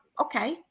okay